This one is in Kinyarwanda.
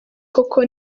koko